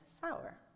sour